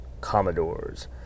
Commodores